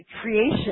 creation